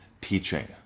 teaching